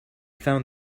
found